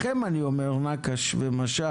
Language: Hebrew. לכם אני אומר נקש ומשש,